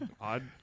odd